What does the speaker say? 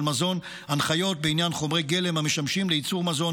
מזון הנחיות בעניין חומרי גלם המשמשים לייצור מזון,